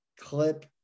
clip